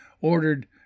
ordered